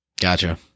gotcha